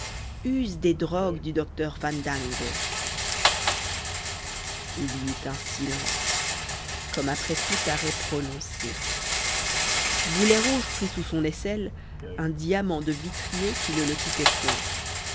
usent des drogues du docteur fandango il y eut un silence comme après tout arrêt prononcé boulet rouge prit sous son aisselle un diamant de vitrier qui ne le quittait point